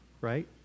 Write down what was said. right